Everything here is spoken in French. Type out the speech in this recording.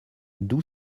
d’où